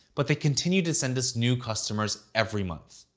but they continue to send us new customers every month.